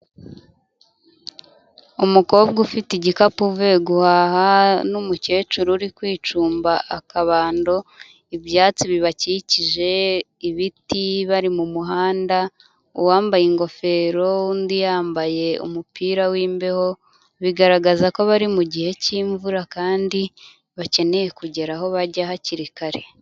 umukobwa ufite igikapu uvuye guhaha n'umukecuru uri kwicumba akabando, ibyatsi bibakikije, ibiti, bari mu muhanda uwambaye ingofero undi yambaye umupira w'imbeho bigaragaza ko bari mu gihe cy'imvura kandi bakeneye kugera aho bajya hakiri kare.